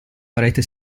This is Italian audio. parete